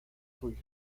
suyos